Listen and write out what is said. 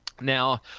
Now